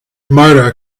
marta